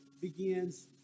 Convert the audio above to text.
begins